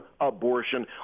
abortion